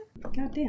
Goddamn